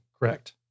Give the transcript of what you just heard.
Correct